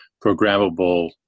programmable